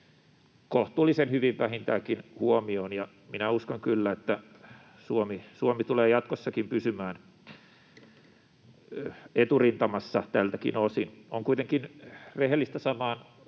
kohtuullisen hyvin huomioon, ja minä uskon kyllä, että Suomi tulee jatkossakin pysymään eturintamassa tältäkin osin. On kuitenkin rehellistä samaan